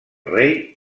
rei